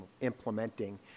implementing